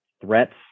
threats